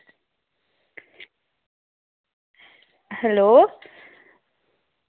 hello